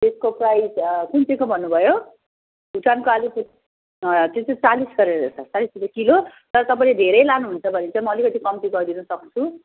त्यसको प्राइस कुन चाहिँ को भन्नुभयो भुटानको आलु त्यो चाहिँ चालिस गरेर छ चालिस रुपियाँ किलो तर तपाईँले धेरै लानुहुन्छ भने चाहिँ म अलिकति कम्ती गरिदिनसक्छु